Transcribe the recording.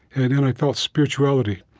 and then i felt spirituality.